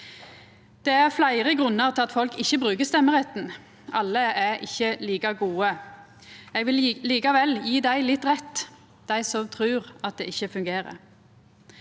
Det er fleire grunnar til at folk ikkje brukar stemmeretten. Alle er ikkje like gode. Eg vil likevel gje dei litt rett, dei som trur at det ikkje fungerer.